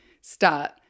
start